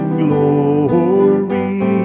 glory